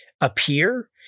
appear